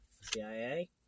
CIA